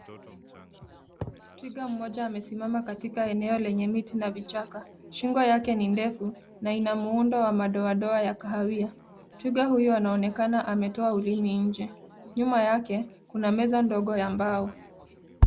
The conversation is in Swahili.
Twiga mmoja amesimama katika eneo lenye miti na vichaka. Shingo yake ni ndefu na ina muundo wa madoadoa ya kahawia. Twiga huyo anaonekana ametoa ulimi nje. Nyuma yake kuna meza ndogo ya mbao.